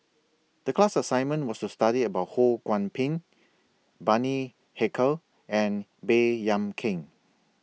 The class assignment was to study about Ho Kwon Ping Bani Haykal and Baey Yam Keng